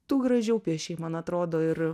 tu gražiau piešei man atrodo ir